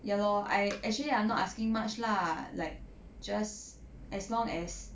ya lor I actually I'm not asking much lah like just as long as